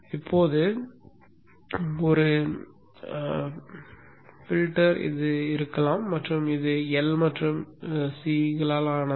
இப்போது இது ஒரு பில்டராக இருக்கலாம் மற்றும் இது L மற்றும் C களால் ஆனது